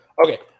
Okay